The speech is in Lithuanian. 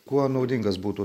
kuo naudingas būtų